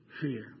fear